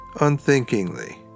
unthinkingly